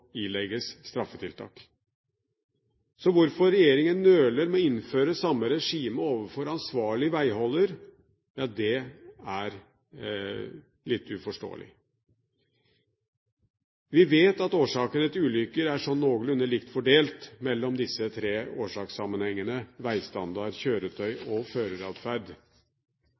ilegges straffetiltak. Så hvorfor regjeringen nøler med å innføre samme regime overfor ansvarlig veiholder, er litt uforståelig. Vi vet at årsakene til ulykker er noenlunde likt fordelt mellom disse tre årsakssammenhengene: veistandard, kjøretøy og